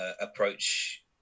approach